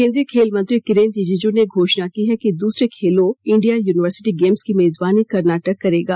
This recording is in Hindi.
केन्द्रीय खेल मंत्री किरेन रिजिजू ने घोषणा की है कि दूसरे खेलो इंडिया यूनिवर्सिटी गेम्स की मेजबानी कर्नाटक करेगा